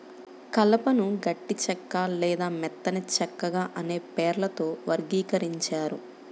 కలపను గట్టి చెక్క లేదా మెత్తని చెక్కగా అనే పేర్లతో వర్గీకరించారు